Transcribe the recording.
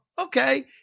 okay